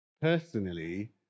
personally